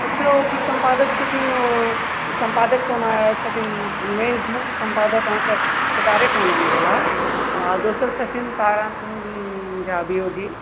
देखियौ ओकर सम्पादक छथिन सम्पादक तऽ ओना छथिन मेन मुख्य सम्पादक अहाँकेँ केदारेकानन्द भेलाह दोसर छथिन तारानन्द झा वियोगी